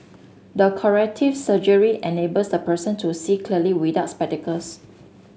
the corrective surgery enables the person to see clearly without spectacles